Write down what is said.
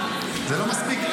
--- זה לא מספיק.